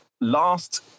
last